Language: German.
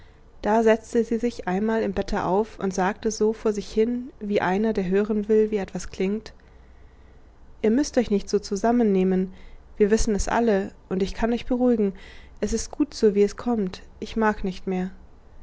da setzte sie sich einmal im bette auf und sagte so vor sich hin wie einer der hören will wie etwas klingt ihr müßt euch nicht so zusammennehmen wir wissen es alle und ich kann euch beruhigen es ist gut so wie es kommt ich mag nicht mehr